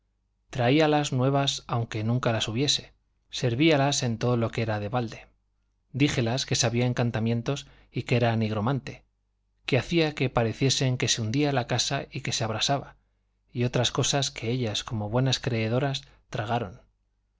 entretener traíalas nuevas aunque nunca las hubiese servíalas en todo lo que era de balde díjelas que sabía encantamientos y que era nigromante que haría que pareciese que se hundía la casa y que se abrasaba y otras cosas que ellas como buenas creedoras tragaron